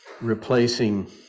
replacing